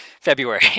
February